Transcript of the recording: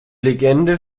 legende